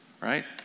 right